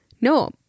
No